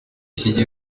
kigiye